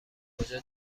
کجا